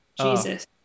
Jesus